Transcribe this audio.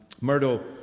Murdo